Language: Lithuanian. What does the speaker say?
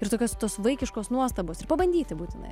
ir tokios tos vaikiškos nuostabos ir pabandyti būtinai